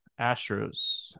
Astros